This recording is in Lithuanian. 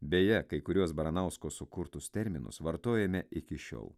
beje kai kuriuos baranausko sukurtus terminus vartojame iki šiol